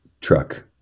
truck